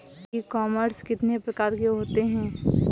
ई commerce कितने प्रकार के होते हैं?